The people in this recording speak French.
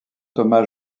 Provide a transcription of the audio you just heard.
thomas